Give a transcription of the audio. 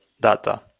data